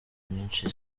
nyinshi